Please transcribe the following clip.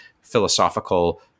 philosophical